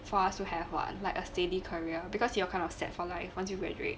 fast you have one like a steady career because you are kind of set for life once you graduate